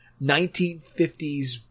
1950s